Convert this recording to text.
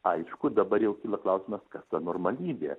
aišku dabar jau kyla klausimas kas ta normalybė